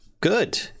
good